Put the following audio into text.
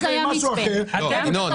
כשבאים לכם עם משהו אחר ------ היה מצפה.